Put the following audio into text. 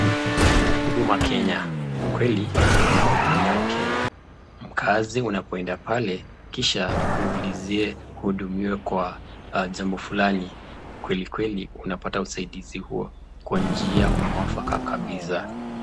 Huduma Kenya kweli wanahudumia wakenya, mkaazi unapoenda pale kisha ulizie uhudumiwe kwa jambo fulani, ni kweli utapata usaidizi huo kwa njia mwafaka kabisa.